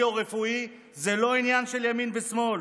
או רפואי זה לא עניין של ימין ושמאל,